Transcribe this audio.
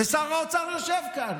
ושר האוצר יושב כאן.